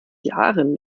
jahren